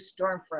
Stormfront